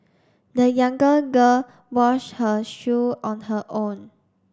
the younger girl washed her shoe on her own